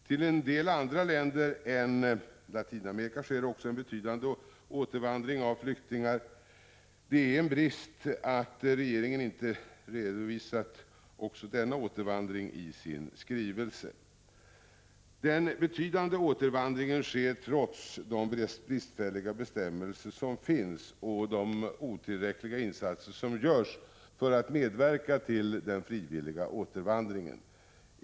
Till en del andra länder än Latinamerika sker också en betydande återvandring av flyktingar. Det är en brist att regeringen inte redovisat också denna återvandring i sin skrivelse. Den betydande återvandringen sker trots de bristfälliga bestämmelser som finns och de otillräckliga insatser som görs för att medverka till den frivilliga återvandringen.